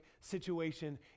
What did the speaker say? situation